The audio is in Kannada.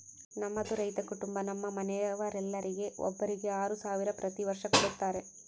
ನಮ್ಮದು ರೈತ ಕುಟುಂಬ ನಮ್ಮ ಮನೆಯವರೆಲ್ಲರಿಗೆ ಒಬ್ಬರಿಗೆ ಆರು ಸಾವಿರ ಪ್ರತಿ ವರ್ಷ ಕೊಡತ್ತಾರೆ